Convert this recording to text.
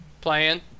playing